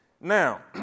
Now